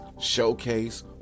showcase